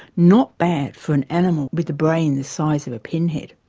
not bad for an animal with the brain the size of a pin head.